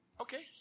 Okay